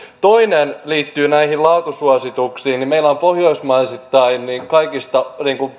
toinen liittyy näihin laatusuosituksiin meillä on pohjoismaisittain kaikista